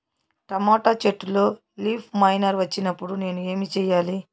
Tomato చెట్టులో leaf miner వచ్చినప్పుడు నేను ఏమి చెయ్యాలి?